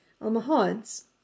Almohads